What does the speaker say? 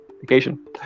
vacation